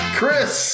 Chris